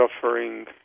suffering